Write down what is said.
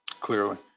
Clearly